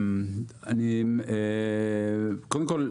קודם כל,